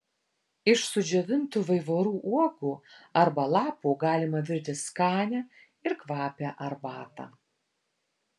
iš sudžiovintų vaivorų uogų arba lapų galima virti skanią ir kvapią arbatą